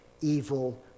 evil